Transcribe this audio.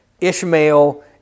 Ishmael